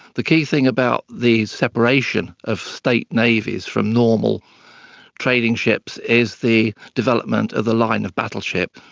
the key thing about the separation of state navies from normal trading ships is the development of the line of battleship,